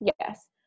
Yes